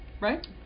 Right